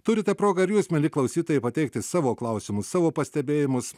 turite progą ir jūs mieli klausytojai pateikti savo klausimus savo pastebėjimus